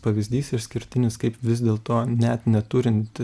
pavyzdys išskirtinis kaip vis dėlto net neturint